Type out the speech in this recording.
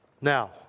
Now